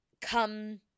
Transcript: come